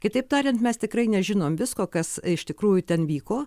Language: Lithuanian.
kitaip tariant mes tikrai nežinom visko kas iš tikrųjų ten vyko